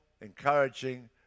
encouraging